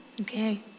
Okay